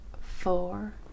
four